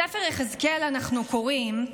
בספר יחזקאל אנחנו קוראים: